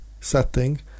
setting